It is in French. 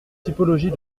typologies